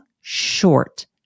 short